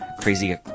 crazy